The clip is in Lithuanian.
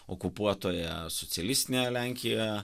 okupuotoje socialistinėje lenkijoje